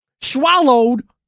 Swallowed